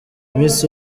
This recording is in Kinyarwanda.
miss